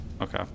okay